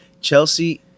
Chelsea